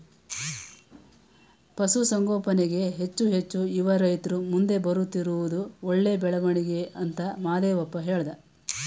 ಪಶುಸಂಗೋಪನೆಗೆ ಹೆಚ್ಚು ಹೆಚ್ಚು ಯುವ ರೈತ್ರು ಮುಂದೆ ಬರುತ್ತಿರುವುದು ಒಳ್ಳೆ ಬೆಳವಣಿಗೆ ಅಂತ ಮಹಾದೇವಪ್ಪ ಹೇಳ್ದ